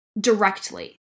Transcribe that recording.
directly